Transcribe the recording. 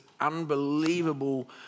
unbelievable